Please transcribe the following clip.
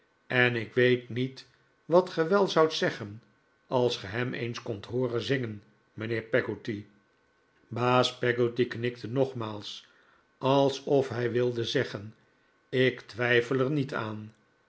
en ik weet niet wat ge wel zoudt zeggen als ge hem eens kondt hooren zingen mijnheer peggotty baas peggotty knikte nogmaals alsof hij wilde zeggen ik twijfel er niet aan